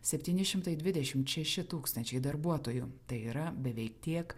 septyni šimtai dvidešimt šeši tūkstančiai darbuotojų tai yra beveik tiek